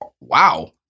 Wow